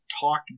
talk